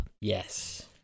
Yes